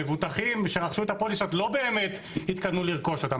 המבוטחים שרצו את הפוליסות לא באמת התכוונו לרכוש אותם.